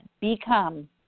become